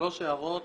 שלוש הערות